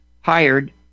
hired